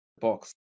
Box